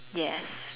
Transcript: yes